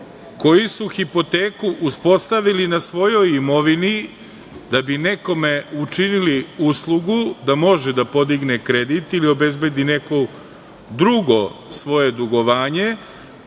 koji su hipoteku uspostavili na svojoj imovini da bi nekome učinili uslugu da može da podigne kredit ili obezbedi neko drugo svoje dugovanje,